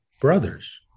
brothers